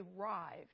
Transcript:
arrived